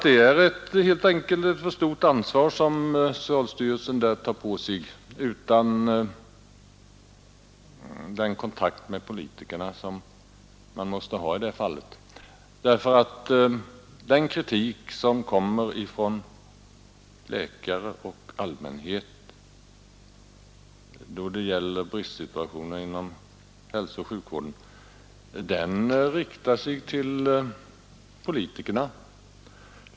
Det är ett för stort ansvar socialstyrelsen där tar på sig utan den kontakt med politikerna som man måste ha i detta fall. Den kritik som kommer ifrån läkare och allmänhet då det gäller bristsituationen inom hälsooch sjukvården riktar sig till politikerna.